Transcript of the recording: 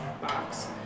box